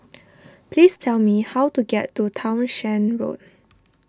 please tell me how to get to Townshend Road